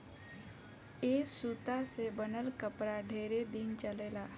ए सूता से बनल कपड़ा ढेरे दिन चलेला